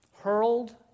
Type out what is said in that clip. Hurled